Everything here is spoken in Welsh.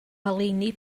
ngoleuni